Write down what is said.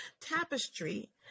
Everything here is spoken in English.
tapestry